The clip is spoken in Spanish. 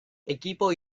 equipo